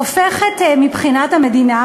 הופכת מבחינת המדינה,